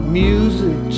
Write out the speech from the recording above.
music